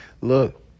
Look